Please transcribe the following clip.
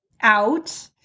out